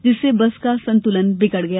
जिससे बस का संतुलन बिगड़ गया